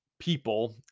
people